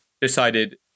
decided